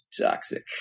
toxic